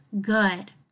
good